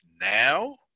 now